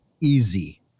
easy